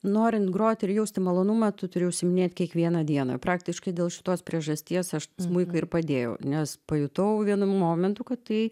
norint groti ir jausti malonumą tu turi užsiiminėt kiekvieną dieną praktiškai dėl šitos priežasties aš smuiką ir padėjau nes pajutau vienu momentu kad tai